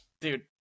Dude